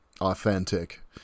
authentic